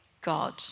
God